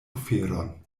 oferon